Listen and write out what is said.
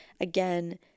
again